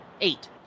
eight